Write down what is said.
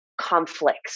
conflicts